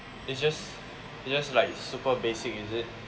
it's just it's just like super basic is it